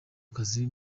akazi